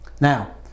Now